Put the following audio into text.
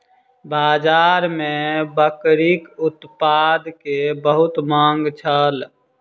बाजार में बकरीक उत्पाद के बहुत मांग छल